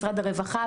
משרד הרווחה,